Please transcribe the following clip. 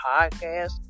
podcast